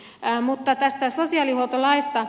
mutta tästä sosiaalihuoltolaista